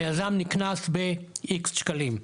היזם נקנס באיקס שקלים,